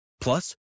plus